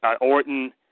orton